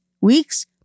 weeks